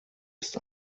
ist